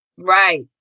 Right